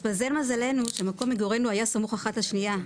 התמזל מזלנו שמקום מגורינו היה סמוך אחת לשנייה,